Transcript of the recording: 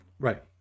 Right